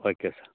okay sir